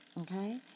Okay